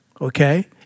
Okay